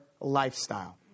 lifestyle